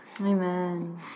Amen